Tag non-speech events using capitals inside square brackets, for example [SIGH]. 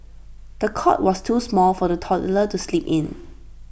the cot was too small for the toddler to sleep in [NOISE]